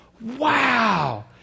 Wow